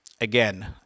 again